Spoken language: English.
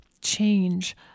change